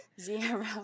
Zero